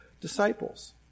disciples